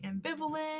ambivalent